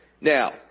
Now